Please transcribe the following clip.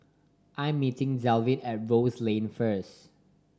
I'm meeting Dalvin at Rose Lane first